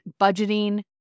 budgeting